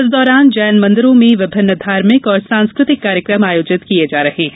इस दौरान जैन मेंदिरों में विभिन्न धार्मिक और सांस्कृतिक कार्यक्रम आयोजित किये जा रहे हैं